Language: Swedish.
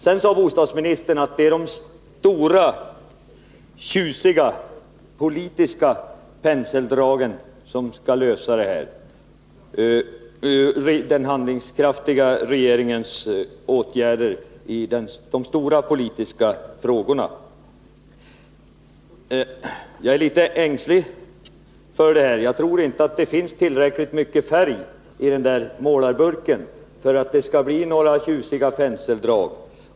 Sedan sade bostadsministern att vad som skall lösa dessa problem är de stora, tjusiga, politiska penseldragen, den handlingskraftiga regeringens åtgärder i de stora politiska frågorna. Jag är litet ängslig för detta. Jag tror inte att det finns tillräckligt mycket färg i målarburken för att det skall bli några tjusiga penseldrag.